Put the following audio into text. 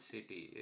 City